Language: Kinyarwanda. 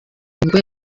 nibwo